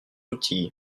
outil